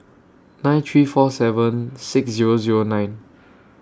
nine three four seven six Zero Zero nine